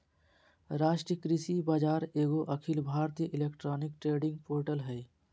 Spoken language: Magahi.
राष्ट्रीय कृषि बाजार एगो अखिल भारतीय इलेक्ट्रॉनिक ट्रेडिंग पोर्टल हइ